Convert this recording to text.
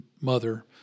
mother